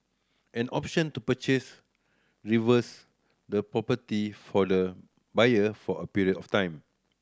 an option to purchase reverse the property for the buyer for a period of time